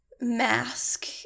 mask